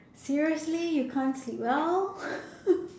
seriously you can't sleep well